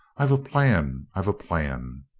i've a plan! i've a plan!